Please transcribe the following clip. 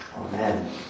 Amen